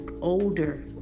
older